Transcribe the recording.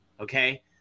Okay